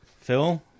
Phil